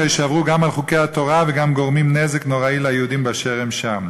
הרי שעברו גם על חוקי התורה וגם גורמים נזק נוראי ליהודים באשר הם שם.